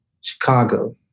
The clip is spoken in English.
Chicago